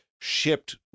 shipped